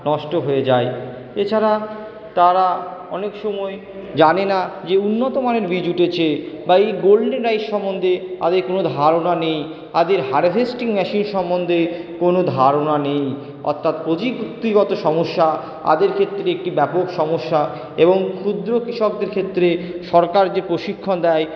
নষ্ট হয়ে যায় এছাড়া তারা অনেক সময় জানে না যে উন্নত মানের বীজ উঠেছে বা এই গোল্ডেন আই সম্বন্ধে তাদের কোনো ধারণা নেই তাদের হারভেস্টিং মেশিন সম্বন্ধে কোনো ধারণা নেই অর্থাৎ প্রযুক্তিগত সমস্যা তাদের ক্ষেত্রে একটি ব্যাপক সমস্যা এবং ক্ষুদ্র কৃষকদের ক্ষেত্রে সরকার যে প্রশিক্ষণ দেয়